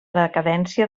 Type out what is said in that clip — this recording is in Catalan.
decadència